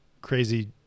crazy